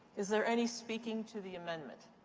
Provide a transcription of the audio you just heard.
is there any speaking to the amendment?